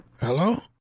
Hello